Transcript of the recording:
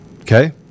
Okay